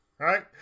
Right